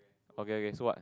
okay okay so what